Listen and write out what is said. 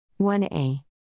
1a